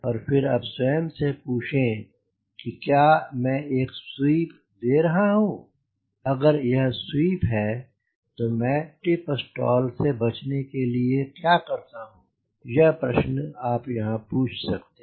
और फिर आप स्वयं से पूछें की क्या मैं एक स्वीप दे रहा हूँ अगर यह स्वीप है तो मैं टिप स्टाल से बचने के लिए क्या करता हूँ यह प्रश्न आप यहाँ पूछ सकते हैं